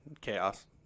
Chaos